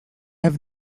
have